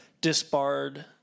disbarred